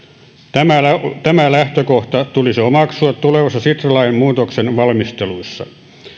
tämä tämä lähtökohta tulisi omaksua tulevassa sitra lain muutoksen valmistelussa